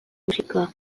musika